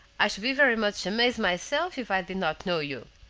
i should be very much amazed myself if i did not know you.